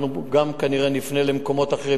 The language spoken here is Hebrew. אנחנו גם נפנה כנראה למקומות אחרים,